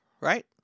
right